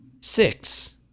Six